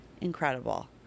incredible